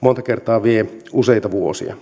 monta kertaa vie useita vuosia